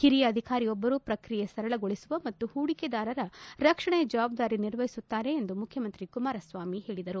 ಓರಿಯ ಅಧಿಕಾರಿಯೊಬ್ಬರು ಪ್ರಕ್ರಿಯೆ ಸರಳಗೊಳಿಸುವ ಮತ್ತು ಪೂಡಿಕೆದಾರರ ರಕ್ಷಣೆಯ ಜವಾಬ್ದಾರಿ ನಿರ್ವಹಿಸುತ್ತಾರೆ ಎಂದು ಮುಖ್ಯಮಂತ್ರಿ ಕುಮಾರಸ್ವಾಮಿ ಹೇಳಿದರು